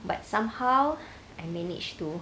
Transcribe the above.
but somehow I manage to